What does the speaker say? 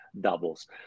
doubles